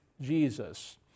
Jesus